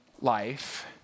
life